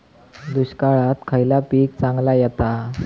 दुष्काळात खयला पीक चांगला येता?